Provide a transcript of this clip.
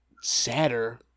sadder